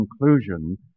conclusion